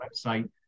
website